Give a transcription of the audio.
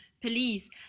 police